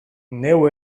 neu